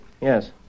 yes